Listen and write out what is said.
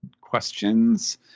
questions